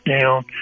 down